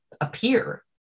appear